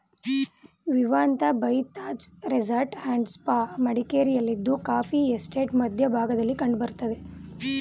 Vivanta by Taj resort and spa ಮಡಿಕೇರಿಯಲ್ಲಿದ್ದು coffee ಎಸ್ಟೇಟ್ನ ಮಧ್ಯ ಭಾಗದಲ್ಲಿ ಕಂಡ್ ಬರ್ತದೆ